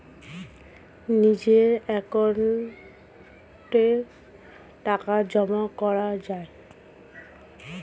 নিজের অ্যাকাউন্টে টাকা জমা করা যায়